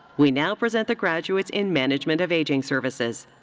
we now present the graduates in management of aging services.